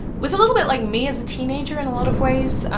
was a little bit like me as a teenager in a lot of ways.